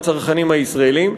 הצרכנים הישראלים.